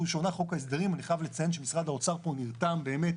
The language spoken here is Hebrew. אני חייב לציין שמשרד האוצר פה נרתם באמת